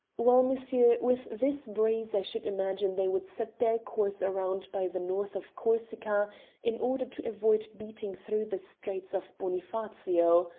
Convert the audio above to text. well, monsieur, with this breeze i should imagine they would set their course round by the north of corsica in order to avoid beating through the straits of bonifacio.